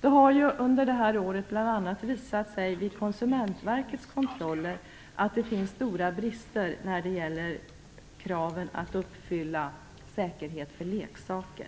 Det har under detta år visat sig vid bl.a. Konsumentverkets kontroller att det finns stora brister när det gäller säkerhet och uppfyllandet av de krav som gäller för leksaker.